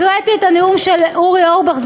הקראתי את הנאום של אורי אורבך,